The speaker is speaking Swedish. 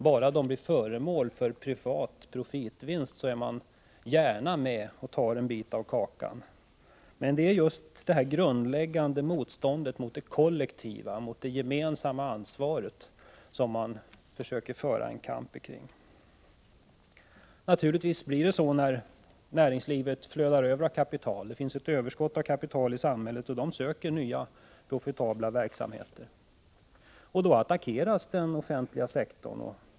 Bara de blir föremål för privata profiter är man gärna med och tar en bit av kakan. Men det är just det grundläggande motståndet mot det kollektiva — det gemensamma — ansvaret som man försöker föra en kamp kring. Naturligtvis blir det så när näringslivet flödar över av kapital. Det finns ett överskott på kapital i samhället som söker nya profitabla verksamheter. Då attackeras den offentliga sektorn.